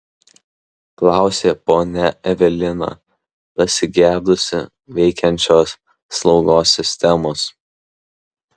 klausė ponia evelina pasigedusi veikiančios slaugos sistemos